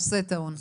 כן, זה נושא טעון.